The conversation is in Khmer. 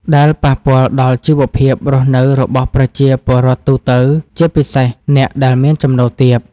ដែលប៉ះពាល់ដល់ជីវភាពរស់នៅរបស់ប្រជាពលរដ្ឋទូទៅ ជាពិសេសអ្នកដែលមានចំណូលទាប។